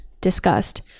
discussed